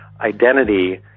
identity